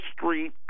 Street